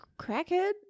crackhead